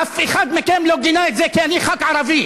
אף אחד מכם לא גינה את זה, כי אני ח"כ ערבי.